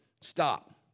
stop